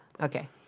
Okay